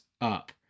up